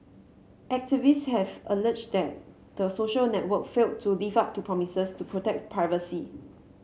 activists have alleged that the social network failed to live up to promises to protect privacy